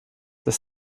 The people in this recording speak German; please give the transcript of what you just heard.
das